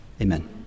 Amen